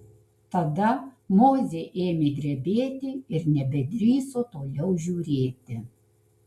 tada mozė ėmė drebėti ir nebedrįso toliau žiūrėti